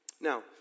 Now